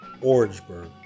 Orangeburg